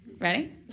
Ready